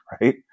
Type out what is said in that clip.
right